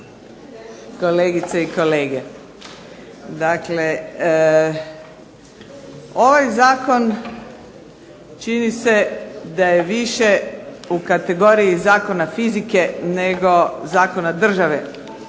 kolegice i kolege. Dakle, ovaj zakon čini se da je više u kategoriji zakona fizike nego zakona države.